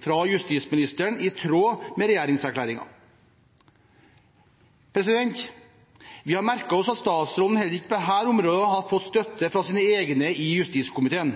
fra justisministeren ut på høring – i tråd med regjeringserklæringen. Vi har merket oss at statsråden heller ikke på dette området har fått støtte fra sine egne i justiskomiteen.